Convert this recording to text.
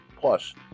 Plus